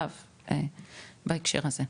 בהקשר הזה.